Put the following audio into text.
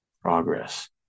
progress